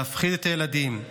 להפחיד את הילדים,